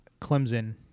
Clemson